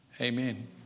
Amen